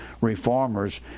reformers